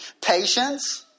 patience